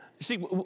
see